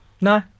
No